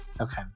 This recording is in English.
Okay